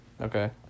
Okay